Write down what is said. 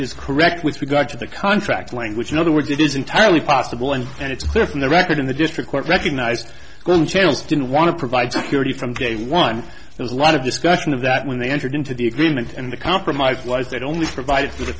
is correct with regard to the contract language in other words it is entirely possible and it's clear from the record in the district court recognized channels didn't want to provide security from day one there's a lot of discussion of that when they entered into the and the compromise lies that only provided for the